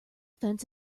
fence